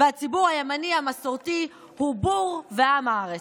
והציבור הימני המסורתי הוא בור ועם הארץ.